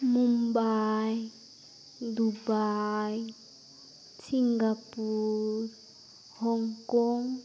Mumbai Dubai Singapore Hong Kong